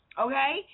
okay